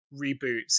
reboots